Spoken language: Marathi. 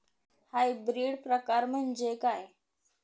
हायब्रिड प्रकार म्हणजे काय?